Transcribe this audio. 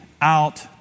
out